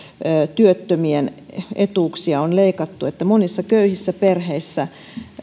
työttömien etuuksia on leikattu monissa köyhissä perheissä